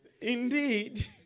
Indeed